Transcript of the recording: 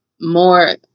more